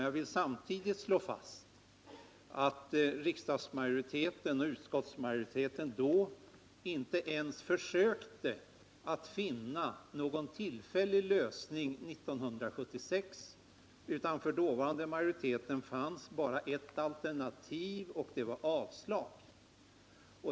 Jag vill samtidigt slå fast att riksdagsmajoriteten och utskottsmajoriteten 1976 inte ens försökte att då finna någon tillfällig lösning. För dåvarande majoriteten fanns bara ett alternativ, och det var avslag.